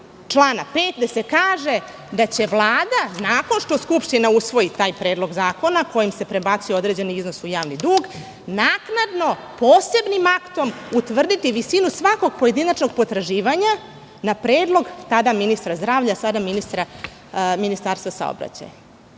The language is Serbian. člana 5. gde se kaže da će Vlada nakon što Skupština usvoji taj predlog zakona, kojim se prebacuje određeni iznos u javni dug, naknadno posebnim aktom, utvrditi visinu svakog pojedinačnog potraživanja na predlog, tada ministra zdravlja, sada Ministarstva saobraćaja.